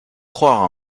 croire